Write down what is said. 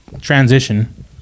Transition